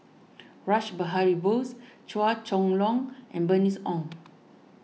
Rash Behari Bose Chua Chong Long and Bernice Ong